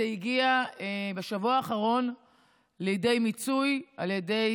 זה הגיע בשבוע האחרון לידי מיצוי על ידי